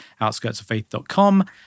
outskirtsoffaith.com